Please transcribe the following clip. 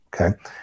okay